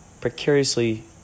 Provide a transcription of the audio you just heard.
precariously